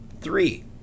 three